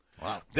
Wow